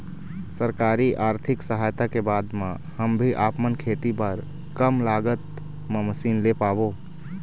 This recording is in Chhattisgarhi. सरकारी आरथिक सहायता के बाद मा हम भी आपमन खेती बार कम लागत मा मशीन ले पाबो?